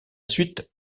suite